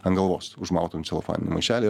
ant galvos užmautum celofaninį maišelį